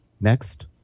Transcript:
next